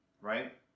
right